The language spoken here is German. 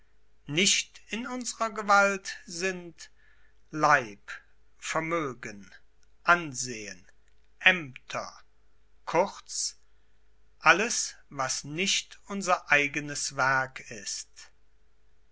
nicht in unserer gewalt sind leib vermögen ansehen aemter kurz alles was nicht unser eigenes werk ist